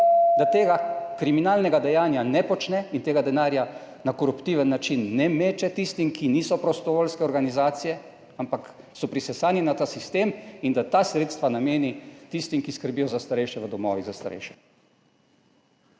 da tega kriminalnega dejanja ne počne in tega denarja na koruptiven način ne meče tistim, ki niso prostovoljske organizacije, ampak so prisesani na ta sistem, in da ta sredstva nameni tistim, ki skrbijo za starejše v domovih za starejše.